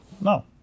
No